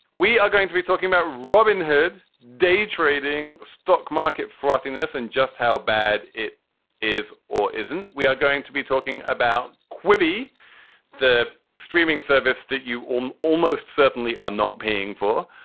we are going to be talking about robin hood, day trading, stock market frothiness and just how bad it is or isn't. we are going to be talking about quickly the streaming service that you um almost certainly are not paying for.